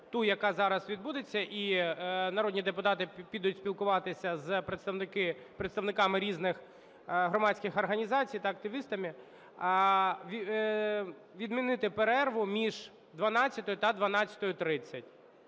ту, яка зараз відбудеться, і народні депутати підуть спілкуватися з представниками різних громадських організацій та активістами, відмінити перерву між 12-ю та 12:30.